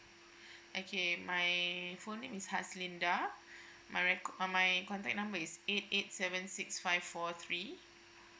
okay my full name is haslinda my record uh my contact number is eight eight seven six five four three